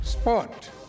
Sport